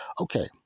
Okay